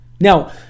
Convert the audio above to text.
Now